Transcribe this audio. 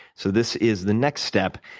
so this is the next step,